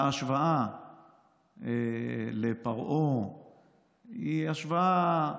ההשוואה לפרעה היא השוואה,